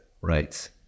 Right